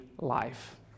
life